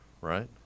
right